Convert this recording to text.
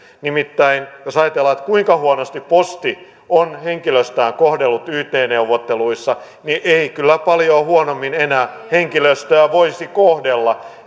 nimittäin jos ajatellaan kuinka huonosti posti on henkilöstöään kohdellut yt neuvotteluissa niin ei kyllä paljon huonommin enää henkilöstöä voisi kohdella